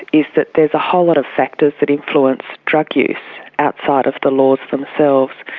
is that there's a whole lot of factors that influence drug use outside of the laws themselves.